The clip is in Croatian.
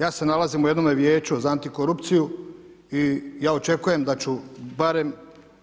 Ja se nalazim u jednome Vijeću za antikorupciju i ja očekujem da ću barem